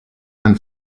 and